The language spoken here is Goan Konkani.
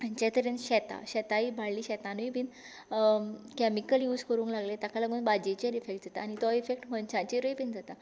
जे तरेन शेतां शेतां इबाडलीं शेतानूय बीन कॅमिकल यूज करूंक लागले ताका लागून भाजयेचेर इफॅक्ट जाता आनी तो इफॅक्ट मनशाचेरूय बीन जाता